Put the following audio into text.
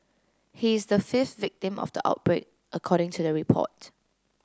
he is the fifth victim of the outbreak according to the report